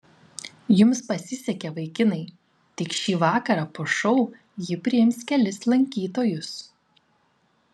jums pasisekė vaikinai tik šį vakarą po šou ji priims kelis lankytojus